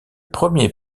premier